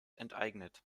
enteignet